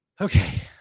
Okay